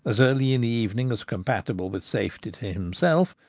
as early in the evening as compatible with safety to himself,